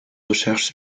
recherches